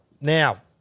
Now